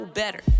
better